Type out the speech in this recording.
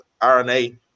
RNA